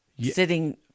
sitting